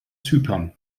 zypern